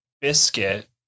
biscuit